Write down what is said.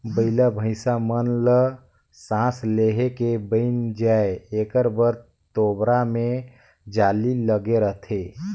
बइला भइसा मन ल सास लेहे ले बइन जाय एकर बर तोबरा मे जाली लगे रहथे